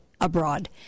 abroad